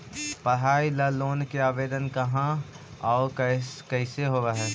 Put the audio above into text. पढाई ल लोन के आवेदन कहा औ कैसे होब है?